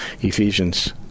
Ephesians